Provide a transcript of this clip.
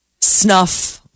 snuff